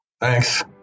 Thanks